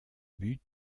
but